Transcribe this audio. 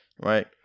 right